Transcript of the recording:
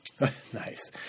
Nice